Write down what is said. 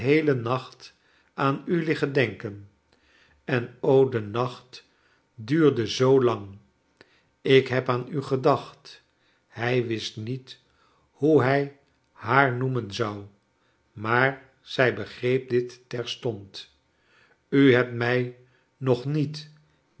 nacht aan u liggen denken en o de nacht duurde zoo lang i ik heb aan u gedacht hij wist niet hoe hij haar noemen zou maar zij begreep dit terstond u hebt mij nog niet